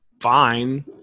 fine